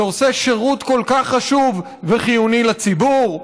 שעושה שירות כל כך חשוב וחיוני לציבור.